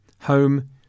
home